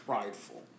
prideful